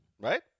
Right